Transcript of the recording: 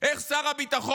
איך שר הביטחון